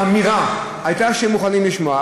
האמירה הייתה שהם מוכנים לשמוע.